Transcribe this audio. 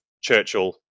Churchill